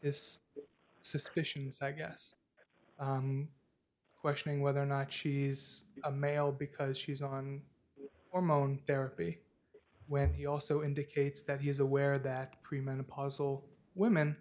this suspicions i guess questioning whether or not she's a male because she's on or moan therapy when he also indicates that he is aware that pre menopausal women